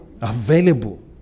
available